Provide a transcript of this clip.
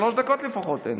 שלוש דקות לפחות.